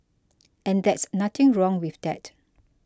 and that's nothing wrong with that